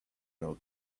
know